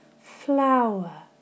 flower